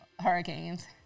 hurricanes